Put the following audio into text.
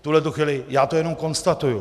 V tuhletu chvíli já to jenom konstatuji.